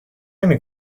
نمی